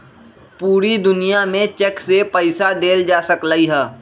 पूरा दुनिया में चेक से पईसा देल जा सकलई ह